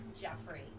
jeffrey